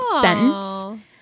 sentence